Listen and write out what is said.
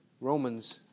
Romans